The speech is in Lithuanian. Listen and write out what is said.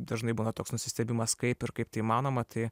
dažnai būna toks nusistebimas kaip ir kaip tai įmanoma tai